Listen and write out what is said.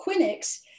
Quinix